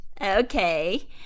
okay